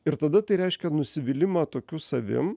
ir tada tai reiškia nusivylimą tokiu savim